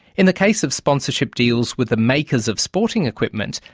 in the case of sponsorship deals with the makers of sporting equipment,